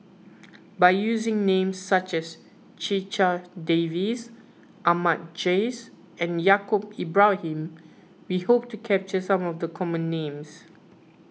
by using names such as Checha Davies Ahmad Jais and Yaacob Ibrahim we hope to capture some of the common names